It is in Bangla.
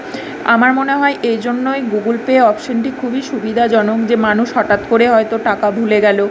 আমার মনে হয় এই জন্যই গুগুল পে অপসেনটি খুবই সুবিধাজনক যে মানুষ হঠাৎ করে হয়তো টাকা ভুলে গেলো